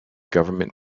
government